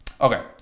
Okay